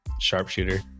sharpshooter